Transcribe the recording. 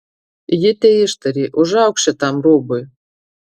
ji teištarė užauk šitam rūbui